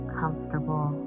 comfortable